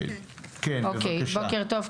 בוקר טוב,